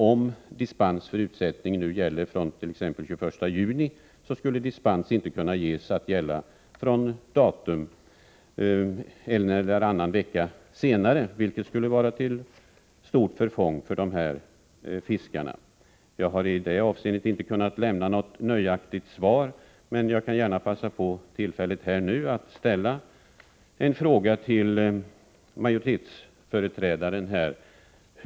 Om dispens för utsättning gäller från t.ex. den 21 juni skulle dispens kanske inte kunna ges från ett datum en eller annan vecka senare. Detta skulle vara till stort förfång för dessa fiskare. Jag har i det avseendet inte kunnat lämna något nöjaktigt svar, men jag kan passa på tillfället att nu ställa en fråga till majoritetens företrädare här.